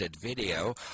video